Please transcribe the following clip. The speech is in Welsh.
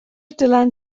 dylan